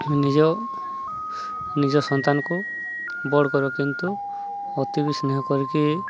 ନିଜ ନିଜ ସନ୍ତାନକୁ ବଡ଼ କରିବ କିନ୍ତୁ ଅତି ବିି ସ୍ନେହ କରିକି